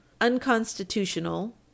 unconstitutional